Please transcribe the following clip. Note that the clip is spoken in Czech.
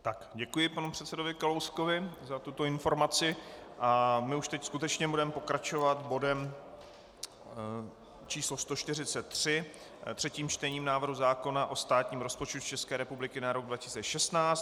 Tak, děkuji panu předsedovi Kalouskovi za tuto informaci a my už teď skutečně budeme pokračovat bodem číslo 143, třetím čtením návrhu zákona o státním rozpočtu České republiky na rok 2016.